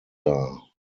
dar